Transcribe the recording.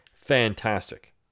fantastic